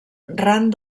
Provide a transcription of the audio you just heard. ran